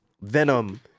venom